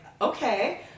okay